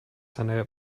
seine